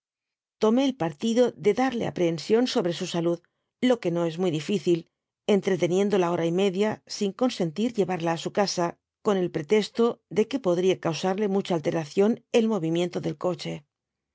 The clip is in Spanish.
tomé el partido de darle aprehensión sobre su salud lo que no esmuy dificü entretúendola hora y media sin consentir berarla á su casa con el protesto de que podría eausaile mucha alteración d movimiento del coche